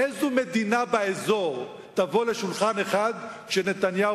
איזו מדינה באזור תבוא לשולחן אחד כשנתניהו